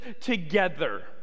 together